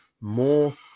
more